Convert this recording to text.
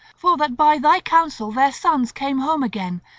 for that by thy counsel their sons came home again,